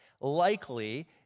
likely